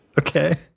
okay